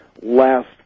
last